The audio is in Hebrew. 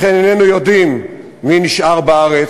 לכן איננו יודעים מי נשאר בארץ,